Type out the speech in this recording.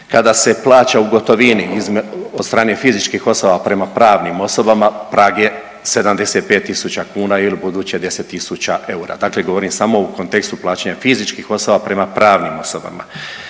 Kada se plaća u gotovini od strane fizičkih osoba prema pravnim osobama prag je 75000 kuna ili u buduće 10000 eura. Dakle, govorim samo u kontekstu plaćanja fizičkih osoba prema pravnim osobama.